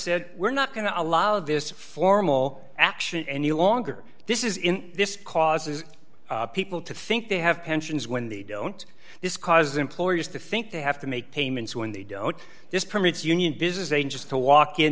said we're not going to allow this formal action any longer this is in this causes people to think they have pensions when they don't this causes employers to think they have to make payments when they don't this permits union business dangerous to walk in